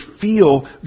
feel